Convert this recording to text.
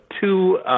two